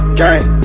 gang